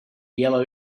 yellow